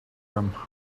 him